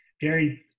Gary